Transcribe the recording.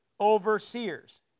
overseers